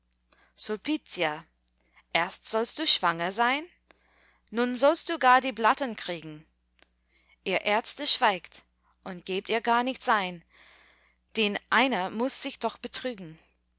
sulpitia erst sollst du schwanger sein nun sollst du gar die blattern kriegen ihr ärzte schweigt und gebt ihr gar nichts ein denn einer muß sich doch betrügen